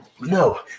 No